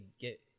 get